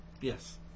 Yes